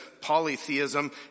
polytheism